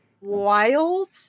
wild